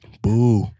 Boo